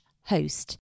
host